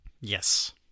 Yes